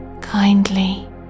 kindly